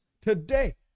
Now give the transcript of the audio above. Today